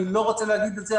אני לא רוצה להגיד את זה,